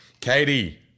Katie